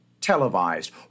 televised